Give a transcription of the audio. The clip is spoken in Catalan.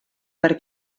per